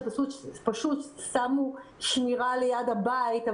שפשוט שמו שמירה ליד הבית.